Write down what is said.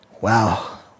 wow